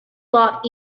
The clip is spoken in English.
lot